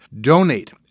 Donate